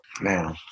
man